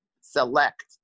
select